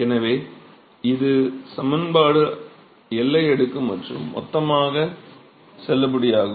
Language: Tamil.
எனவே இந்த சமன்பாடு எல்லை அடுக்கு மற்றும் மொத்தமாக செல்லுபடியாகும்